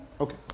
Okay